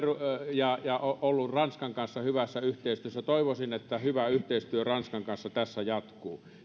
ja ja ollut ranskan kanssa hyvässä yhteistyössä toivoisin että hyvä yhteistyö ranskan kanssa tässä jatkuu